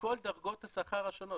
כשבכל דרגות השכר השונות,